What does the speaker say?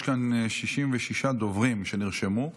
יש כאן 66 דוברים שנרשמו.